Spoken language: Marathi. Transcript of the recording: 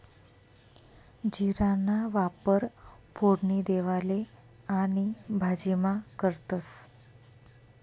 जीराना वापर फोडणी देवाले आणि भाजीमा करतंस